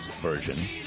version